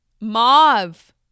Mauve